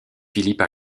philippe